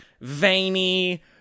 veiny